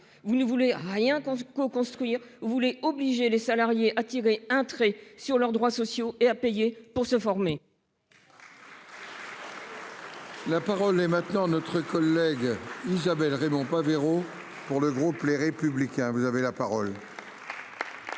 vous ne voulez rien qu'on se co-construire vous voulez obliger les salariés à tirer un trait sur leurs droits sociaux et à payer pour se former. La parole est maintenant notre collègue. Isabelle Raimond Pavero pour le groupe Les Républicains, vous avez la parole.